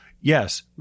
yes